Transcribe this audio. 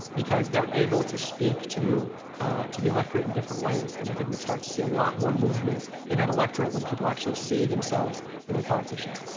because they're able to speak to to the electorate in different ways. and i think we start to see a lot more movement in that electorate when people actually see themselves in their politicians.